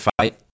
fight